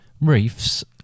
Reefs